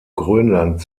grönland